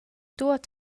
tuot